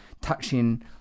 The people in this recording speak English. touching